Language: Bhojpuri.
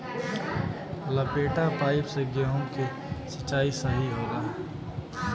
लपेटा पाइप से गेहूँ के सिचाई सही होला?